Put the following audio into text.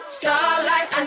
starlight